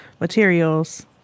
materials